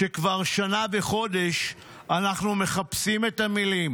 שכבר שנה וחודש אנחנו מחפשים את המילים